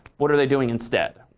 what are they doing instead?